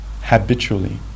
habitually